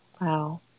Wow